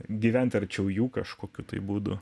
gyventi arčiau jų kažkokiu būdu